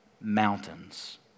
mountains